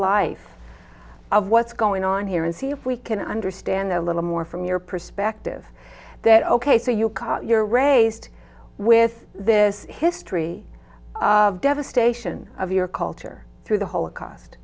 life of what's going on here and see if we can understand a little more from your perspective that ok so you caught your raised with this history of devastation of your culture through the holocaust